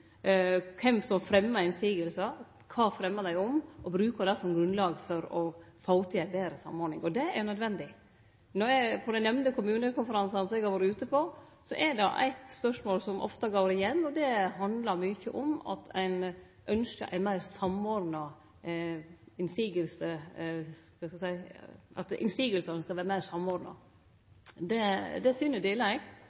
kven som fremjar innseiingar, kva dei fremjar dei om – og bruke dette som grunnlag for å få til ei betre samordning. Og det er nødvendig. Når eg er på dei nemnde kommunekonferansane som eg har vore på, er det eitt spørsmål som ofte går igjen, og det handlar mykje om at ein ynskjer at motsegnene skal vere meir samordna.